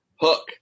Hook